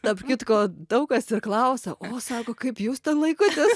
tarp kitko daug kas ir klausia o sako kaip jūs ten laikotės